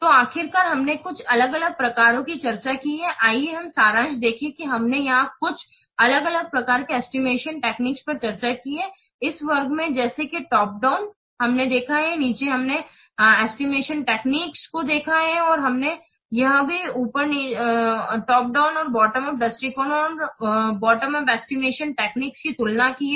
तो आखिरकार हमने कुछ अलग अलग प्रकारों पर चर्चा की है आइए हम सारांश देखें कि हमने यहां कुछ अलग अलग प्रकार की एस्टिमेशन टेक्निक पर चर्चा की है इस वर्ग में जैसे कि टॉप डाउन टेस्टिंग हमने देखा है और नीचे हमने एस्टिमेशन टेक्निक को देखा है और हम यह भी ऊपर नीचे ऊपर नीचे दृष्टिकोण और नीचे अप एस्टिमेशन टेक्निक की तुलना की है